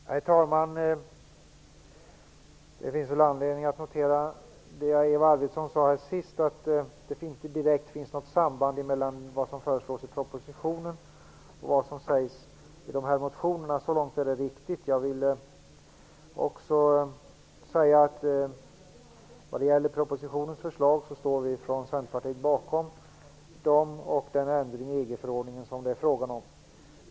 Herr talman! Det finns anledning att notera det Eva Arvidsson sade sist, nämligen att det inte finns något direkt samband mellan vad som föreslås i propositionen och vad som sägs i motionerna. Så långt är det riktigt. Jag vill också säga att vi från Centerpartiet står bakom förslagen i propositionen och den ändring i EG-förordningen som det är fråga om.